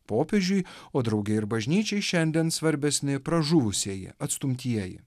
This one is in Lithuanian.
popiežiui o drauge ir bažnyčiai šiandien svarbesni pražuvusieji atstumtieji